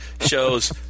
shows